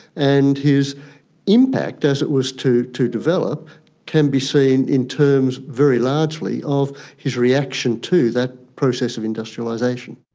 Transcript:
and his impact as it was to to develop can be seen in terms very largely of his reaction to that process of industrialisation.